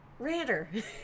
Rander